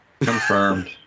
Confirmed